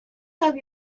have